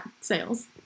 sales